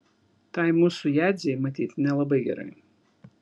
tai mūsų jadzei matyt nelabai gerai